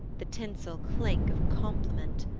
the tinsel clink of compliment.